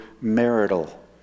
marital